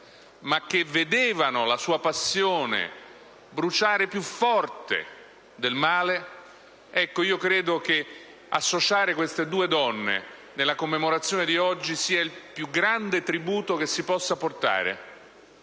e che vedevano la sua passione bruciare più forte del male. Credo che associare queste due donne nella commemorazione di oggi sia il più grande tributo che si possa portare